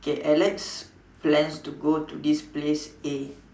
okay Alex plans to go to this place A